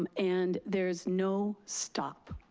um and there's no stop.